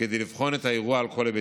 כדי לבחון את האירוע על כל היבטיו.